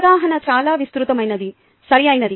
అవగాహన చాలా విస్తృతమైనది సరియైనది